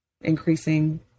increasing